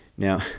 Now